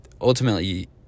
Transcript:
ultimately